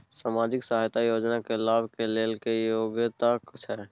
सामाजिक सहायता योजना के लाभ के लेल की योग्यता छै?